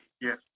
Yes